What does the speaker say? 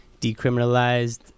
decriminalized